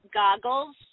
goggles